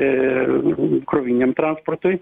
ir krovininiam transportui